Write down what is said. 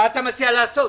מה אתה מציע לעשות?